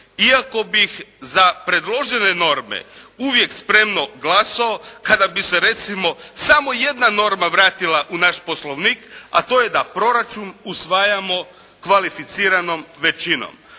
iako bih za predložene norme uvijek spremno glasao kada bi se recimo samo jedna norma vratila u naš Poslovnik, a to je da proračun usvajamo kvalificiranom većinom.